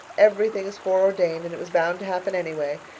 everything is foreordained and it was bound to happen anyway.